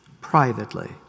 privately